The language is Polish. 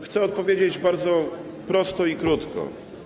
Chcę odpowiedzieć bardzo prosto i krótko.